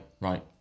right